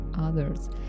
others